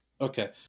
Okay